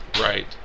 right